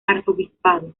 arzobispado